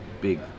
big